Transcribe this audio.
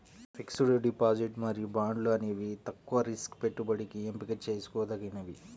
fixed deposit మరియు బాండ్లు అనేవి తక్కువ రిస్క్ పెట్టుబడికి ఎంపిక చేసుకోదగినవి